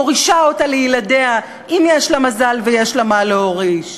מורישה אותה לילדיה אם יש לה מזל ויש לה מה להוריש,